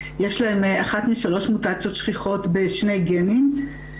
יש להם אחת משלוש מוטציות שכיחות בשני גנים.